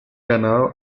ganado